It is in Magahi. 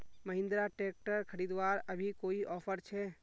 महिंद्रा ट्रैक्टर खरीदवार अभी कोई ऑफर छे?